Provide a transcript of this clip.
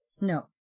No